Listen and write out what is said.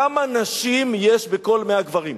כמה נשים יש בין כל 100 גברים?